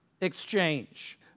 exchange